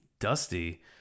Dusty